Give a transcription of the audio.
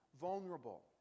vulnerable